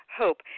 hope